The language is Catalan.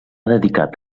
dedicat